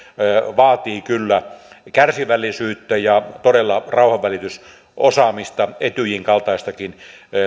vaatii kyllä kärsivällisyyttä ja todella rauhanvälitysosaamista etyjin kaltaistakin